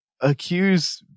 accuse